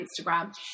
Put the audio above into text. Instagram